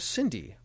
Cindy